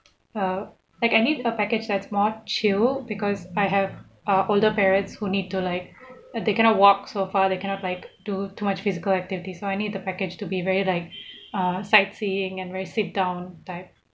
uh like I need a package that's more chill because I have uh older parents who need to like uh they cannot walk so far they cannot like too too much physical activity so I need the package to be very like uh sightseeing and very sit down type